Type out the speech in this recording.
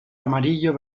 amarillo